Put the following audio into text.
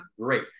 great